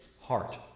heart